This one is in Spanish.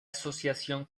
asociación